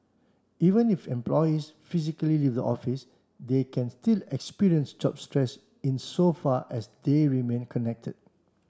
even if employees physically leave the office they can still experience job stress insofar as they remain connected